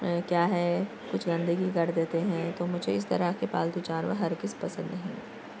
کیا ہے کچھ گندگی کر دیتے ہیں تو مجھے اس طرح کے پالتو جانور ہرگز پسند نہیں ہیں